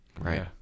Right